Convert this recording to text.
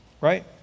Right